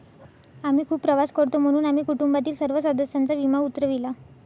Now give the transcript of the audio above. आम्ही खूप प्रवास करतो म्हणून आम्ही कुटुंबातील सर्व सदस्यांचा विमा उतरविला